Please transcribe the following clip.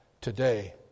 today